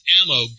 ammo